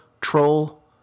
troll